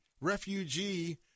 refugee